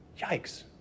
yikes